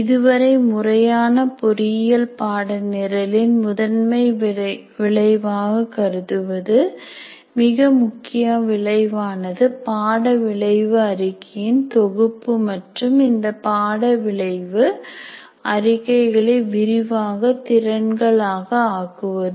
இதுவரை முறையான பொறியியல் பாட நிரலின் முதன்மை விளைவாக கருதுவது மிகமுக்கிய விளைவானது பாட விளைவு அறிக்கையின் தொகுப்பு மற்றும் இந்தப் பாட விளைவு அறிக்கைகளை விரிவாக திறன்கள் ஆக ஆக்குவது